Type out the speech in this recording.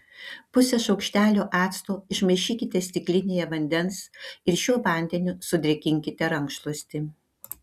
pusę šaukštelio acto išmaišykite stiklinėje vandens ir šiuo vandeniu sudrėkinkite rankšluostį